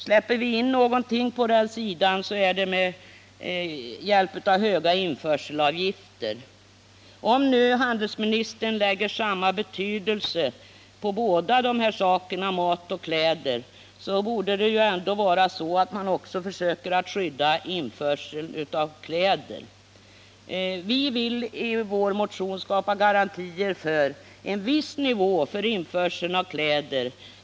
När vi tillåter en import av sådana produkter är den förenad med höga införselavgifter. Om handelsministern lägger samma vikt vid mat och kläder borde han ju också försöka skydda den inhemska tekoindustrin mot införsel av kläder. Vi vill i vår motion skapa garantier för en viss införsel av kläder.